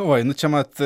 oi nu čia mat